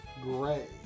gray